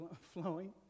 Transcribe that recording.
flowing